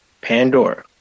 Pandora